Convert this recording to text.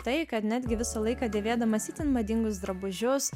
tai kad netgi visą laiką dėvėdamas itin madingus drabužius